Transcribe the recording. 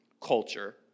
culture